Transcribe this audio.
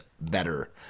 better